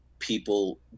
people